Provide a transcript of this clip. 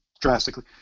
drastically